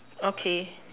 okay